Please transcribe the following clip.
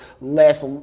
less